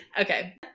Okay